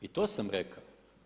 I to sam rekao.